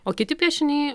o kiti piešiniai